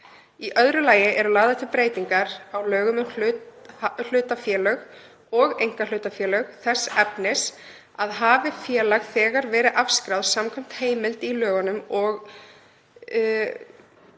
Í öðru lagi eru lagðar til breytingar á lögum um hlutafélög og einkahlutafélög þess efnis að hafi félag þegar verið afskráð samkvæmt heimild í lögunum sé hlutafélagaskrá